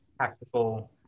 tactical